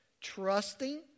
Trusting